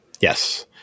Yes